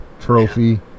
trophy